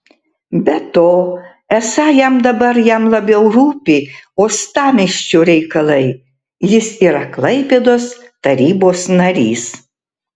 be to esą jam dabar jam labiau rūpi uostamiesčio reikalai jis yra klaipėdos tarybos narys